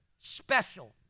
special